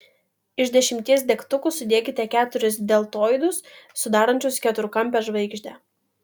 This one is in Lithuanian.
iš dešimties degtukų sudėkite keturis deltoidus sudarančius keturkampę žvaigždę